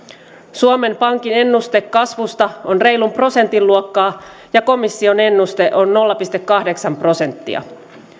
suomen pankin ennuste kasvusta on reilun prosentin luokkaa ja komission ennuste on nolla pilkku kahdeksan prosenttia